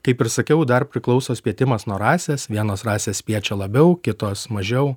kaip ir sakiau dar priklauso spietimas nuo rasės vienos rasės spiečia labiau kitos mažiau